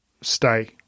stay